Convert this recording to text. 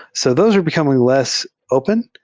so those are becoming less open,